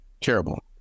terrible